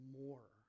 more